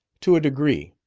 to a degree.